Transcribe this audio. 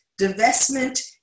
divestment